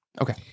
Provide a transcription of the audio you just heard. Okay